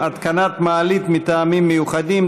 התקנת מעלית מטעמים מיוחדים),